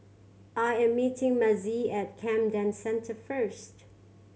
I am meeting Mazie at Camden Centre first